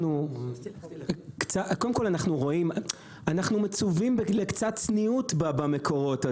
אנחנו מצווים לקצת צניעות במקורות,